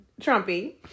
Trumpy